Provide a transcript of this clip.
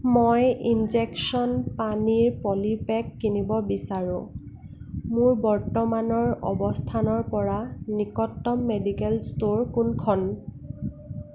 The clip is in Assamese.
মই ইনজেকচন পানীৰ পলিপেক কিনিব বিচাৰোঁ মোৰ বৰ্তমানৰ অৱস্থানৰ পৰা নিকটতম মেডিকেল ষ্ট'ৰ কোনখন